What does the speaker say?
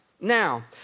Now